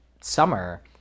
summer